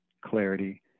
clarity